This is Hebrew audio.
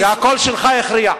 והקול שלך הכריע.